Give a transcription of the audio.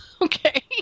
Okay